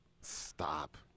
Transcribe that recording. Stop